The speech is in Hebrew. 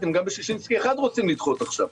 אתם גם בששינסקי 1 רוצים לדחות עכשיו.